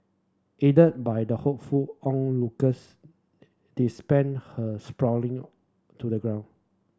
aided by the helpful onlookers they spend her sprawling to the ground